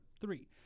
Three